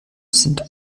sind